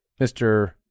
Mr